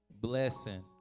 Blessing